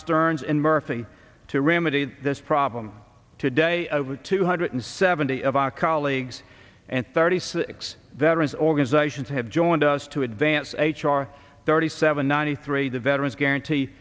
stearns and murphy to remedy this problem today two hundred seventy of our colleagues and thirty six veterans organizations have joined us to advance h r thirty seven ninety three the veterans guarantee